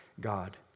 God